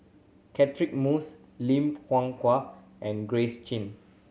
Catchick Moses Lim and Grace Chia